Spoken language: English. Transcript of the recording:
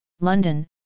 London